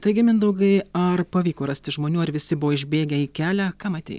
taigi mindaugai ar pavyko rasti žmonių ar visi buvo išbėgę į kelią ką matei